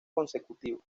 consecutivo